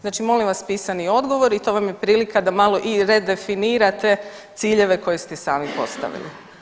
Znači molim vas pisani odgovor i to vam je prilika da malo i redefinirate ciljeve koje ste sami postavili.